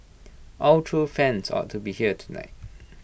all true fans ought to be here tonight